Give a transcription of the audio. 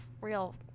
real